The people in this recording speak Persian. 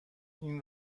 این